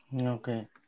Okay